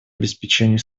обеспечению